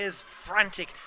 frantic